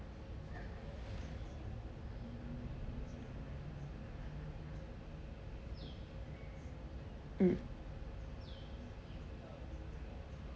mm